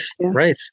Right